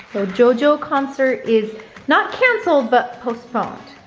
jojo concert is not canceled, but postponed.